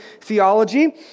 theology